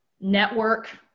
network